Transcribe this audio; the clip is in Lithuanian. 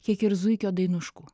kiek ir zuikio dainuškų